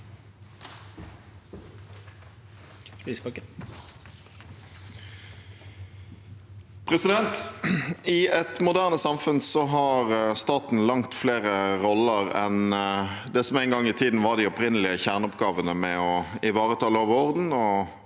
I et moderne samfunn har staten langt flere roller enn det som en gang i tiden var de opprinnelige kjerneoppgavene med å ivareta lov og orden